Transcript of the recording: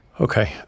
Okay